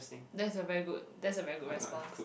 that is a very good that is a very good response